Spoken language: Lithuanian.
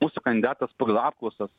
mūsų kandidatas pagal apklausas